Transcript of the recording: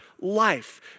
Life